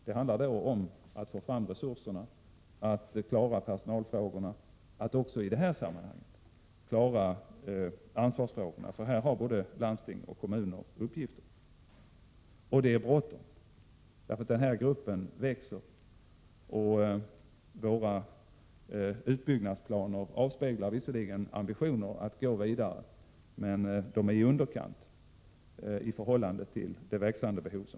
Det gäller att få fram resurserna, att klara personalfrågorna och att också klara ansvarsfrågorna i detta sammanhang. Det är en uppgift för både landsting och kommuner. Och det är bråttom därför att denna grupp växer. Våra utbyggnadsplaner avspeglar visserligen ambitionen att gå vidare, men de är tilltagna i underkant i förhållande till det växande behovet.